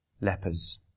lepers